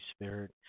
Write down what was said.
Spirit